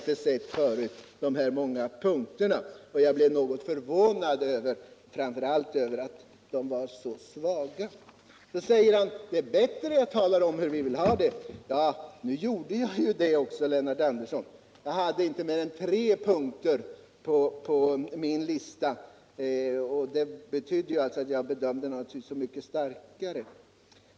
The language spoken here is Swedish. De många punkterna har jag inte sett förut, och jag blev därför något förvånad, framför allt över att de var så svaga. Det är bättre att jag talar om hur vi vill ha det, säger Lennart Andersson vidare. Ja, men det gjorde jag ju också. Jag hade visserligen inte mer än tre punkter på min lista, men det betydde naturligtvis att jag bedömde dem som så mycket starkare.